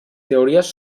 teories